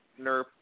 nerf